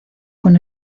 con